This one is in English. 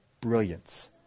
brilliance